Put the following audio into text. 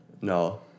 no